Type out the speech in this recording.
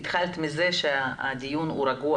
התחלת מזה שהדיון הוא רגוע